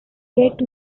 yet